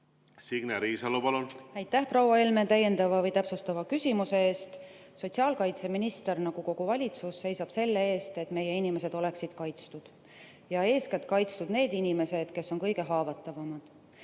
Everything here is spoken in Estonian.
Signe Riisalo, palun! Aitäh, proua Helme, täiendava või täpsustava küsimuse eest! Sotsiaalkaitseminister nagu kogu valitsus seisab selle eest, et meie inimesed oleksid kaitstud, ja eeskätt oleksid kaitstud need inimesed, kes on kõige haavatavamad.